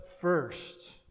first